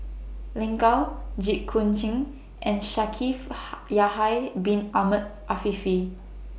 Lin Gao Jit Koon Ch'ng and Shaikh Ha Yahya Bin Ahmed Afifi